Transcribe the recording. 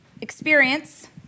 experience